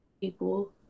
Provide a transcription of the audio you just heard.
people